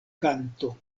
kanto